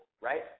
right